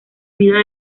vida